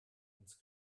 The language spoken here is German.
ins